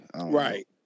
Right